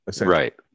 right